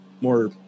more